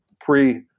pre